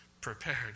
prepared